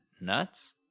nuts